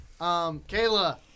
Kayla